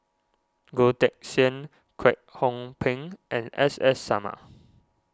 Goh Teck Sian Kwek Hong Png and S S Sarma